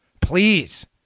please